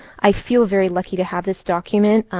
i feel very lucky to have this document.